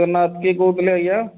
ତ ନା କିଏ କହୁଥିଲେ ଆଜ୍ଞା